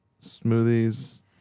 Smoothies